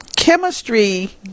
Chemistry